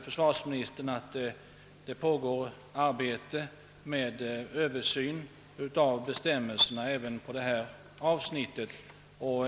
Försvarsministern säger nu att det pågår en översyn av bestämmelserna även på detta avsnitt.